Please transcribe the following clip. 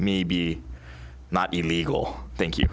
me be not illegal thank you